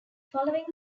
following